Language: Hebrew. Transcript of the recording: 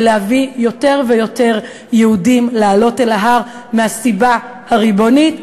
ולהביא יותר ויותר יהודים לעלות אל ההר מהסיבה הריבונית,